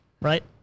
Right